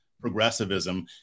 progressivism